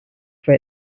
for